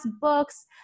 books